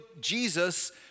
Jesus